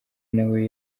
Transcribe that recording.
nawe